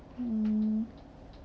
hmm